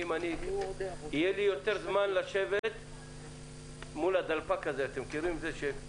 יהיה לי יותר זמן לשבת מול הדלפק שמחכים